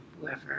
whoever